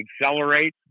accelerate